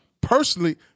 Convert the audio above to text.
personally